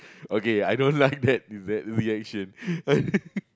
okay I don't like that reaction